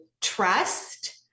trust